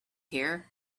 here